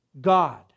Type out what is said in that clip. God